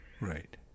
Right